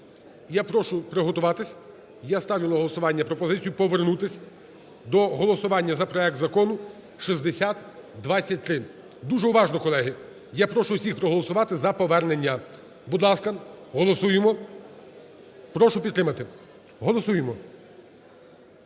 Я прошу приготуватись і я ставлю на голосування пропозицію повернутись до голосування за проект закону 6023. Дуже уважно, колеги. Я прошу всіх проголосувати за повернення. Будь ласка, голосуємо. Прошу підтримати. Голосуємо.